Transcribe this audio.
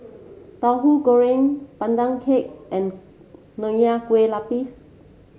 Tahu Goreng Pandan Cake and Nonya Kueh Lapis